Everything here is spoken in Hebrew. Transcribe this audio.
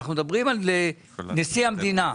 אנחנו מדברים על נשיא המדינה,